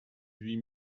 huit